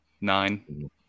nine